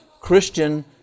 Christian